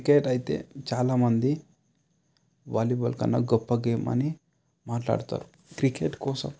cricket అయితే చాలామంది volleyball కన్నా గొప్ప గేమ్ అని మాట్లాడుతారు క్రికెట్ కోసం